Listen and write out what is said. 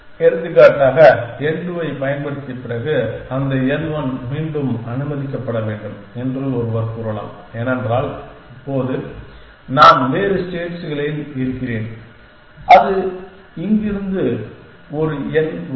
எடுத்துக்காட்டாக n2 ஐப் பயன்படுத்திய பிறகு அந்த n1 மீண்டும் அனுமதிக்கப்பட வேண்டும் என்று ஒருவர் கூறலாம் ஏனென்றால் இப்போது நான் வேறு ஸ்டேட்ஸ்களில் இருக்கிறேன் அங்கு இருந்து ஒரு n1 உதவும்